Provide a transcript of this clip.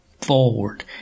forward